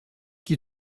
qui